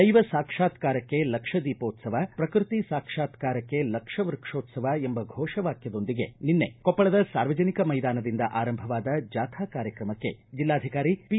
ದೈವ ಸಾಕ್ಷಾತ್ಕರಕ್ಕೆ ಲಕ್ಷ ದೀಪೋತ್ಲವ ಪ್ರಕೃತಿ ಸಾಕ್ಷಾತ್ಕರಕ್ಕೆ ಲಕ್ಷ ವೃಕ್ಷೋತ್ಲವ ಎಂಬ ಫೋಷ ವಾಕ್ಯದೊಂದಿಗೆ ನಿನ್ನೆ ಕೊಪ್ಪಳದ ಸಾರ್ವಜನಿಕ ಮೈದಾನದಿಂದ ಆರಂಭವಾದ ಜಾಥಾ ಕಾರ್ಯಕ್ರಮಕ್ಕೆ ಜಿಲ್ಲಾಧಿಕಾರಿ ಪಿ